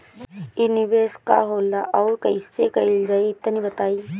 इ निवेस का होला अउर कइसे कइल जाई तनि बताईं?